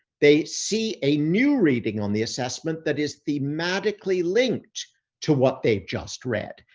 they see a new reading on the assessment that is thematically linked to what they just read.